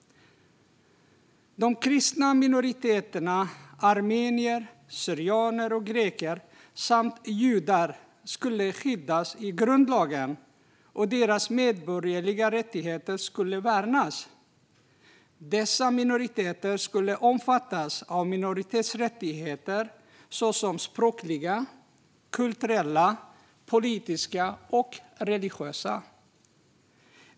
De kristna minoriteterna armenier, syrianer och greker samt judar skulle skyddas i grundlagen, och deras medborgerliga rättigheter skulle värnas. Dessa minoriteter skulle omfattas av minoritetsrättigheter - språkliga, kulturella, politiska och religiösa.